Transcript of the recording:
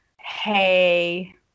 hey